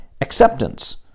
Acceptance